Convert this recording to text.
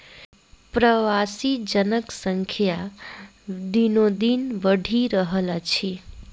प्रवासी जनक संख्या दिनोदिन बढ़ि रहल अछि